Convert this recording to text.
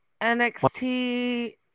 NXT